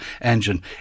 engine